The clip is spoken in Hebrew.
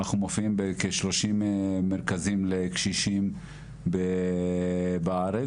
אנחנו מופיעים בכשלושים מרכזים לקשישים בארץ,